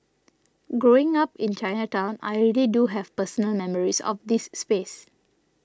growing up in Chinatown I really do have personal memories of this space